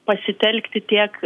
pasitelkti tiek